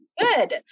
Good